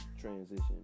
transition